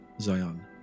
Zion